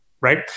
right